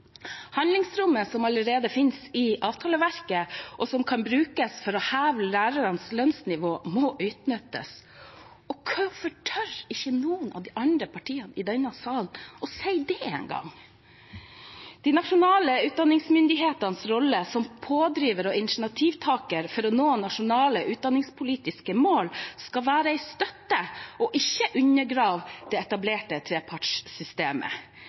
Handlingsrommet som allerede finnes i avtaleverket, og som kan brukes til å heve lærernes lønnsnivå, må utnyttes. Hvorfor tør ikke noen av de andre partiene i denne salen engang å si det? De nasjonale utdanningsmyndighetens rolle som pådriver og initiativtaker for å nå nasjonale utdanningspolitiske mål skal være en støtte, ikke undergrave det etablerte trepartssystemet.